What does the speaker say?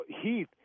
Heath